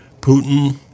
Putin